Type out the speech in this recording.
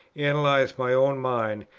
analyze my own mind,